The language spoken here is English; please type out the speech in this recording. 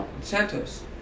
Santos